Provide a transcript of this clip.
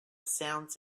sounds